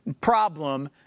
problem